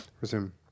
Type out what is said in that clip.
Resume